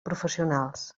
professionals